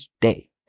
day